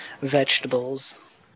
vegetables